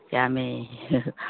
ꯌꯥꯝꯃꯦ